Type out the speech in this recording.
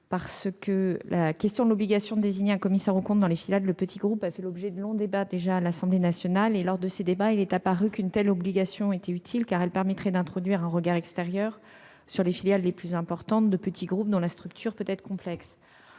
n° 249 rectifié. L'obligation de désigner un commissaire aux comptes dans les filiales de petits groupes a déjà fait l'objet de longs débats à l'Assemblée nationale, débats au cours desquels il est apparu qu'une telle obligation était utile. Elle permettrait d'introduire un regard extérieur sur les filières les plus importantes de petits groupes, dont la structure peut être complexe.